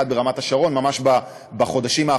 אחד ברמת השרון,